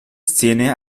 szene